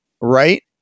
right